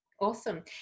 awesome